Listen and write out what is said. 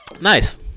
nice